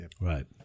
Right